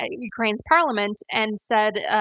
ah ukraine's parliament, and said,